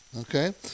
Okay